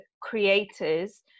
creators